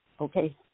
Okay